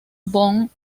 von